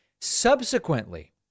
subsequently